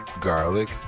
garlic